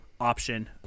option